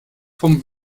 vom